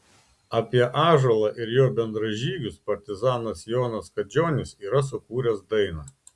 apie ąžuolą ir jo bendražygius partizanas jonas kadžionis yra sukūręs dainą